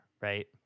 Right